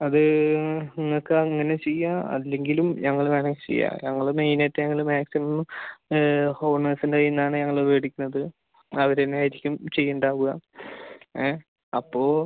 അത് നിങ്ങക്ക് അങ്ങനെ ചെയ്യാൻ അല്ലെങ്കിലും ഞങ്ങൾ വേണം ചെയ്യാൻ ഞങ്ങള് മെയിനായിട്ട് ഞങ്ങള് മാക്സിമം ഹോണേഴ്സിൻ്റെ കയ്യിൽ നിന്നാണ് ഞങ്ങള് മേടിക്കുന്നത് അവര് തന്നെ ആയിരിക്കും ചെയ്യുന്നുണ്ടാവുക അപ്പോൾ